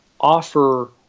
offer